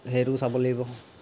সেইটোও চাব লাগিব